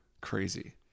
crazy